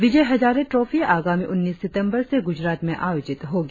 विजय Hazare trophy आगामी उन्नीस सितंबर से गुजरात में आयोजित होगी